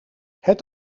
het